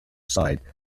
side